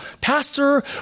pastor